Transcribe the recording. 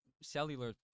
cellular